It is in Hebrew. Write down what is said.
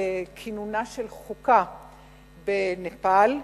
לכינונה של חוקה בנפאל.